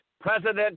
President